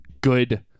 good